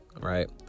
right